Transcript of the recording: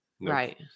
Right